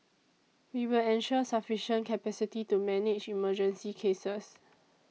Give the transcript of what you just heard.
we will ensure sufficient capacity to manage emergency cases